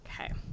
Okay